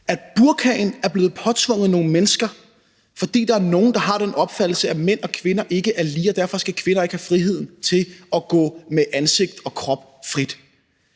at burkaen er blevet påtvunget nogle mennesker, fordi der er nogle, der har den opfattelse, at mænd og kvinder ikke er lige, og at kvinder derfor ikke skal have friheden til at gå med ansigtet og kroppen fri.